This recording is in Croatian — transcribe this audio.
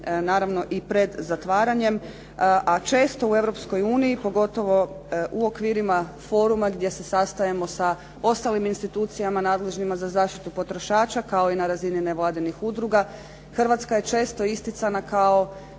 naravno i pred zatvaranjem. A često u Europskoj uniji pogotovo u okvirima foruma gdje se sastajemo sa ostalim institucijama nadležnima za zaštitu potrošača kao i na razini nevladinih udruga Hrvatska je često isticana kao